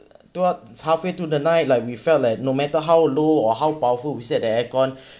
throughout halfway through the night like we felt like no matter how low or how powerful we set that aircon